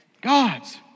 God's